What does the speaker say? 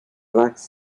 lacks